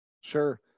Sure